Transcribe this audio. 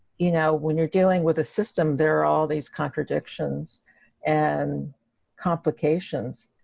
you know, when you're dealing with a system there are all these contradictions and complications.